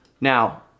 Now